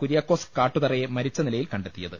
കുര്യാക്കോസ് കാട്ടുതറയെ മരിച്ച നിലയിൽ കണ്ടെ ത്തിയത്